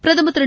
பிரதம் திரு